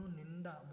ninda